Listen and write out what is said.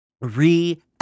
re